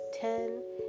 ten